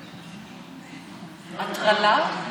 הטרלה?